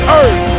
earth